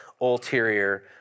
ulterior